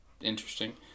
interesting